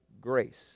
grace